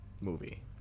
movie